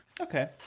Okay